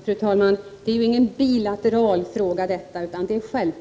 Fru talman! Detta är ingen bilateral fråga. Självfallet